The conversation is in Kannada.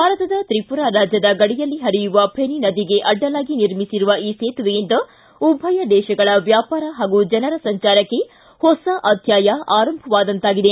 ಭಾರತದ ತ್ರಿಮರಾ ರಾಜ್ಯದ ಗಡಿಯಲ್ಲಿ ಪರಿಯುವ ಫೆನಿ ನದಿಗೆ ಅಡ್ಡಲಾಗಿ ನಿರ್ಮಿಸಿರುವ ಈ ಸೇತುವೆಯಿಂದ ಉಭಯ ದೇಶಗಳ ವ್ಯಾಪಾರ ಹಾಗೂ ಜನರ ಸಂಚಾರಕ್ಕೆ ಹೊಸ ಅಧ್ವಾಯ ಆರಂಭವಾದಂತಾಗಿದೆ